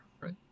right